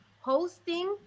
Hosting